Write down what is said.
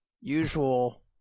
usual